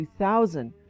2000